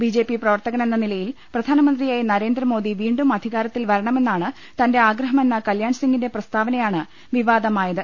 BJP പ്രവർത്തകൻ എന്ന നിലയിൽ പ്രധാനമന്ത്രിയായി നരേന്ദ്ര മോദി വീണ്ടും അധികാരത്തിൽ പരണമെന്നാണ് തന്റെ ആഗ്രഹമെന്ന കല്യാൺ സിംഗിന്റെ പ്രസ്താവനയാണ് വിവാദമായത്